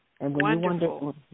Wonderful